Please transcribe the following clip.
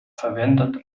verwendet